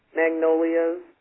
magnolias